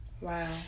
Wow